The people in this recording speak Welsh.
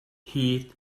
hud